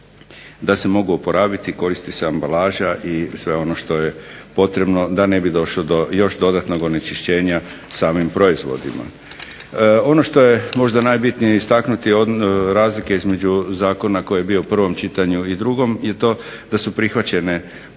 da se mogu oporaviti koristi se ambalaža i sve ono što je potrebno da ne bi došlo do još dodatnog onečišćenja samim proizvodima. Ono što je možda najbitnije istaknuti razlike između zakona koji je bio u prvom čitanju i drugom je to da su prihvaćene veliki